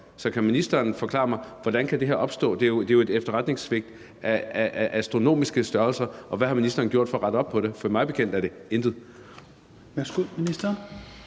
Så kan ministeren forklare mig, hvordan det her kan opstå? Det er jo et efterretningssvigt af astronomiske størrelse, og hvad har ministeren gjort for at rette op på det? For mig bekendt er det intet.